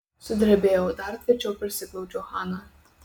sudrebėjau dar tvirčiau prisiglaudžiau haną